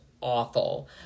awful